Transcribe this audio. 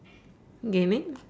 gaming